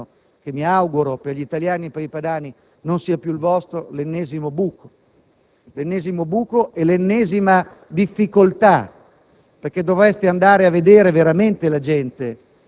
Purtroppo, lascerete al prossimo Governo - e mi auguro per gli italiani e per i padani che non sia più il vostro - l'ennesimo buco e l'ennesima difficoltà.